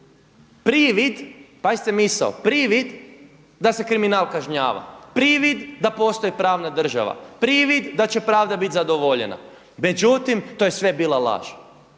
privid, pazit misao, privid da se kriminal kažnjava. Privid da postoji pravna država, privid da će pravda biti zadovoljena. Međutim, to je sve bila laž.